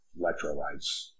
Electrolytes